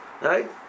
Right